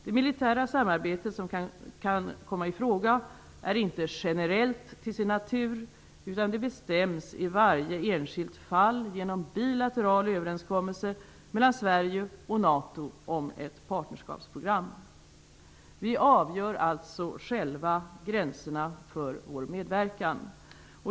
Det militära samarbete som kan komma i fråga är inte generellt till sin natur, utan det bestäms i varje enskilt fall genom bilaterala överenskommelser mellan Sverige och NATO om ett partnerskapsprogram. Vi avgör alltså själva gränserna för vår medverkan.